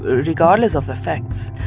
regardless of the facts.